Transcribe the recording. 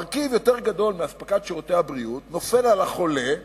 מרכיב יותר גדול מאספקת שירותי הבריאות נופל על החולה,